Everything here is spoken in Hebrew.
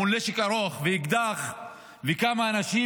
נשק ארוך מול אקדח וכמה אנשים,